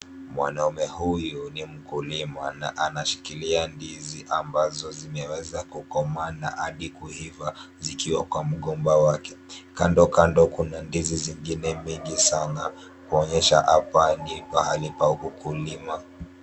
Mwanaume huyu ni mkulima na anashikilia ndizi ambazo zimeweza kukomaa na hadi kuiva zikiwa kwa mgomba wake. Kando kando kuna ndizi zingine mingi sana kuonyesha hapa ni pahali pa ukulima.